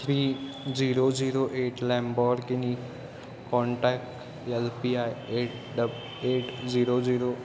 three zero zero at Lamborghini contact L P I eight double eight zero zero